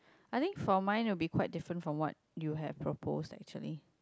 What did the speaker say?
I think for mine would be quite different from what you have proposed actually